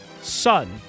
son